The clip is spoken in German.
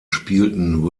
spielten